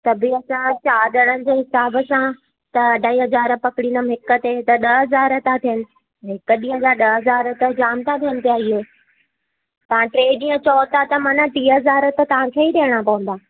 सभेई असां चारि ॼणण जे हिसाब सां त अढाई हज़ार पकिड़ींदमि हिक ते त ॾह हज़ार था थियनि हिक ॾींहं जा ॾह हज़ार त जाम था थियनि पिया इहे तव्हां टे डींहं चओ था त माना टीह हज़ार त तव्हां खे ई ॾियणा पवंदा